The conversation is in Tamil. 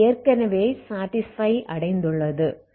அவை ஏற்கனவே சாடிஸ்பை அடைந்துள்ளது